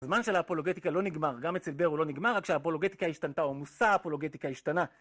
זמן של האפולוגטיקה לא נגמר, גם אצל ברו לא נגמר, רק שהאפולוגטיקה השתנתה, או מושא האפולוגטיקה השתנה.